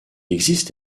existe